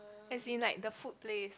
as in like the food place